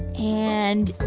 and